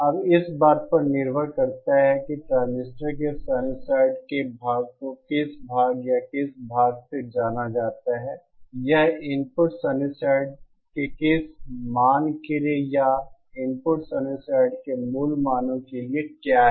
अब इस बात पर निर्भर करता है कि ट्रांजिस्टर के साइनोस्वाइड के भाग को किस भाग या किस भाग से जाना जाता है यह इनपुट साइनोस्वाइड के किस मान के लिए है या इनपुट साइनोस्वाइड के मूल मानो के लिए क्या है